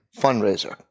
Fundraiser